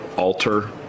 alter